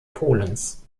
polens